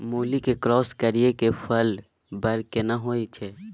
मूली के क्रॉस करिये के फल बर केना होय छै?